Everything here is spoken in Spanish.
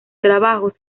trabajos